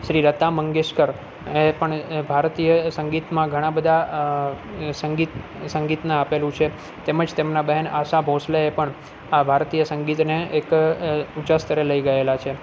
શ્રી લતા મંગેશકર એ પણ ભારતીય સંગીતમાં ઘણા બધા સંગીત સંગીતને આપેલું છે તેમજ તેમના બહેન આશા ભોંસલેએ પણ આ ભારતીય સંગીતને એક ઊંચા સ્તરે લઈ ગએલા છે